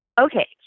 Okay